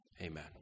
Amen